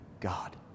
God